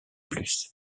plus